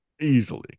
Easily